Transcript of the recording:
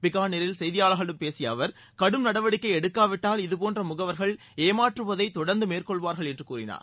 பிக்காளிரில் செய்தியாளர்களிடம் பேசிய அவர் கடும் நடவடிக்கை எடுக்காவிட்டால் இதபோன்ற முகவர்கள் ஏமாற்றுவதை தொடர்ந்து மேற்கொள்வார்கள் என்று கூறினார்